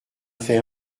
fait